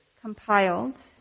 compiled